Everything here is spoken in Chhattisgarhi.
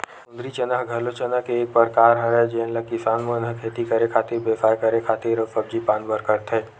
सुंदरी चना ह घलो चना के एक परकार हरय जेन ल किसान मन ह खेती करे खातिर, बेवसाय करे खातिर अउ सब्जी पान बर करथे